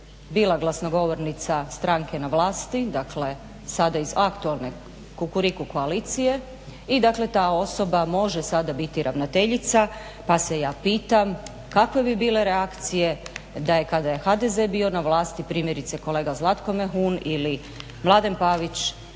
bila glasnogovornica stranke na vlasti, dakle sada iz aktualne Kukuriku koalicije i dakle ta osoba može sada biti ravnateljica, pa se ja pitam kakve bi bile reakcije da je kada je HDZ bio na vlasti primjerice kolega Zlatko Mehun ili Mladen Pavić